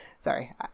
Sorry